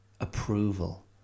approval